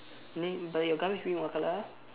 but your gun what colour ah